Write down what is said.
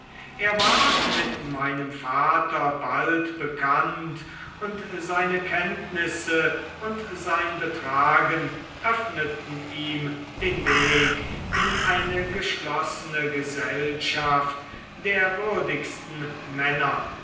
er ward mit meinem vater bald bekannt und seine kenntnisse und sein betragen öffneten ihm den weg in eine geschlossene gesellschaft der würdigsten männer